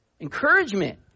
Encouragement